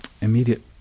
Immediate